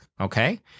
okay